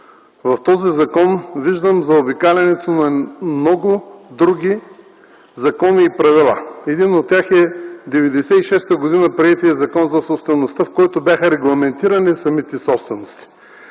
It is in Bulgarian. в този закон виждам заобикалянето на много други закони и правила. Един от тях е приетият през 1996 г. Закон за собствеността, в който бяха регламентирани самите собственици.